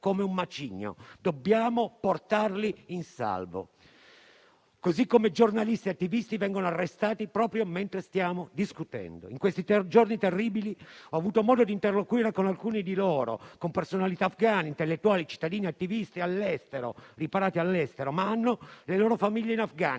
come un macigno. Dobbiamo portarli in salvo. Allo stesso modo, giornalisti e attivisti vengono arrestati proprio mentre stiamo discutendo. In questi giorni terribili ho avuto modo di interloquire con alcuni di loro, con personalità afghane, intellettuali, cittadini e attivisti riparati all'estero, ma che hanno le loro famiglie in Afghanistan,